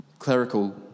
clerical